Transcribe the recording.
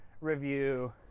review